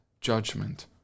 judgment